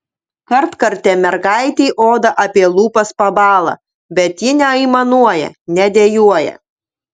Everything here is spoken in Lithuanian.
kartkartėm mergaitei oda apie lūpas pabąla bet ji neaimanuoja nedejuoja